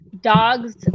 Dogs